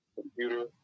computer